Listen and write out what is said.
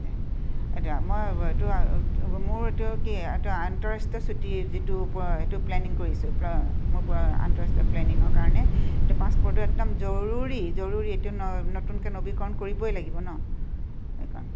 এতিয়া মই এইটো মোৰ এইটো কি এইটো আন্তঃৰাষ্ট্ৰীয় ছুটি যিটো এইটো প্লেনিং কৰিছোঁ মোৰ আন্তঃৰাষ্ট্ৰীয় প্লেনিঙৰ কাৰণে পাছপৰ্টটো একদম জৰুৰী জৰুৰী এইটো ন নতুনকৈ নৱীকৰণ কৰিবই লাগিব ন এইখন